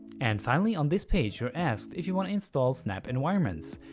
and finally on this page you're asked if you want to install snap environments.